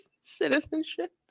citizenship